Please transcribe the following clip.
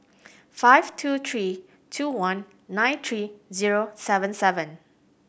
five two three two one nine three zero seven seven